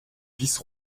vice